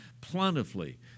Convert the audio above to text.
plentifully